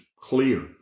clear